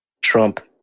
Trump